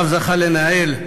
ואז זכה לנהל,